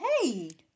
Hey